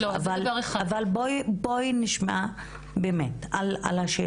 אבל בואי נשמע באמת על השאלות שהעליתי.